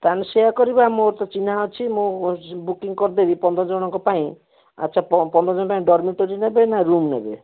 ତାହେଲେ ସେୟା କରିବା ମୋର ଚିହ୍ନା ଅଛି ମୁଁ ବୁକିଂ କରିଦେବି ପନ୍ଦର ଜଣଙ୍କ ପାଇଁ ଆଚ୍ଛା ପନ୍ଦର ଜଣଙ୍କ ପାଇଁ ଡର୍ମିଟେରୀ ନେବେ ନା ରୁମ୍ ନେବେ